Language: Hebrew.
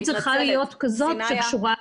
היא צריכה להיות כזאת שקשורה --- סיניה,